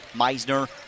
Meisner